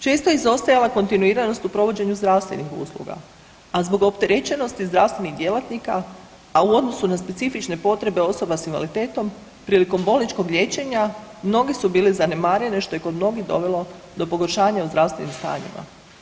Često je izostajala kontinuiranost u provođenju zdravstvenih usluga, a zbog opterećenosti zdravstvenih djelatnika, a u odnosu na specifične potrebe osoba s invaliditetom, prilikom bolničkog liječenja, mnoge su bila zanemarene, što je kod mnogih dovelo do pogoršanja u zdravstvenim stanjima.